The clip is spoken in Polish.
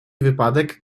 wypadek